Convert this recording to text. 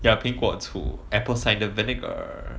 ya 苹果醋 apple cider vinegar